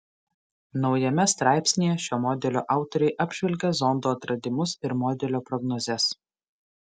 naujame straipsnyje šio modelio autoriai apžvelgia zondo atradimus ir modelio prognozes